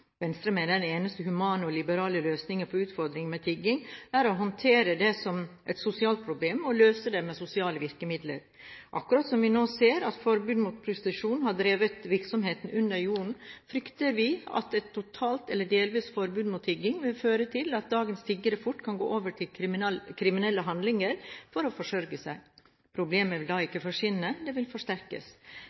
Venstre mener den eneste humane og liberale løsningen på utfordringene med tigging er å håndtere det som et sosialt problem og løse det med sosiale virkemidler. Akkurat som vi nå ser at forbudet mot prostitusjon har drevet virksomheten under jorden, frykter vi at et totalt eller delvis forbud mot tigging vil føre til at dagens tiggere fort kan gå over til kriminelle handlinger for å forsørge seg. Problemet vil da ikke forsvinne – det vil forsterkes.